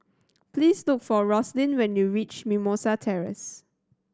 please look for Rosalind when you reach Mimosa Terrace